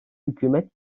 hükümet